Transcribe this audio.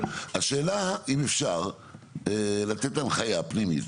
השאלה אם אפשר לתת הנחיה פנימית,